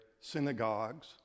synagogues